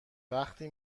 وقتی